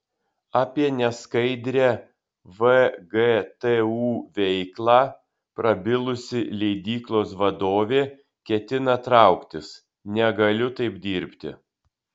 apie neskaidrią vgtu veiklą prabilusi leidyklos vadovė ketina trauktis negaliu taip dirbti